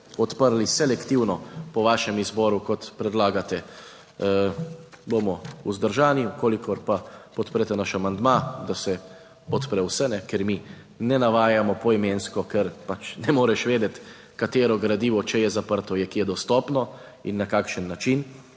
odprli selektivno po vašem izboru, kot predlagate, bomo vzdržani. V kolikor pa podprete naš amandma, da se podpre vse, ker mi ne navajamo poimensko, ker pač ne moreš vedeti, katero gradivo, če je zaprto, je kje dostopno in na kakšen način,